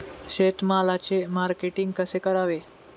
शेतमालाचे मार्केटिंग कसे करावे?